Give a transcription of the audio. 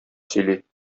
сөйли